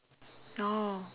oh